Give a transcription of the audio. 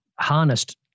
harnessed